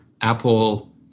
Apple